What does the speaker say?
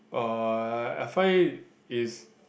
uh I I find it's